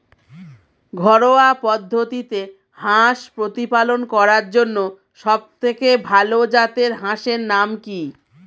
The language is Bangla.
ঘরোয়া পদ্ধতিতে হাঁস প্রতিপালন করার জন্য সবথেকে ভাল জাতের হাঁসের নাম কি?